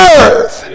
earth